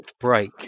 break